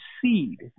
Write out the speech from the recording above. seed